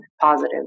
positive